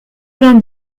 vingt